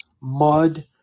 mud